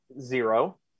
Zero